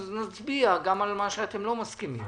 אז נצביע גם על מה שאתם לא מסכימים